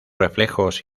reflejos